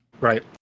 Right